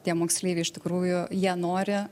tie moksleiviai iš tikrųjų jie nori